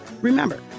Remember